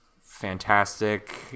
fantastic